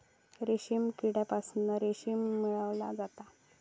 रेशीम किड्यांपासून रेशीम मिळवला जाता